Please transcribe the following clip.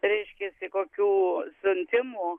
reiškiasi kokių siuntimų